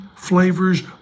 Flavors